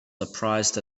surprised